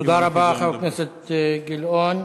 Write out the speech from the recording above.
תודה רבה, חבר הכנסת גילאון.